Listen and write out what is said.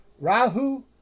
Rahu